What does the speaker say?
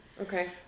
okay